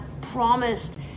promised